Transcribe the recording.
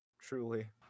Truly